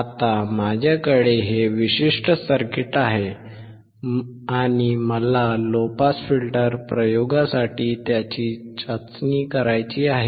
आता माझ्याकडे हे विशिष्ट सर्किट आहे आणि मला लो पास फिल्टर प्रयोगासाठी त्याची चाचणी करायची आहे